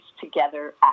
Together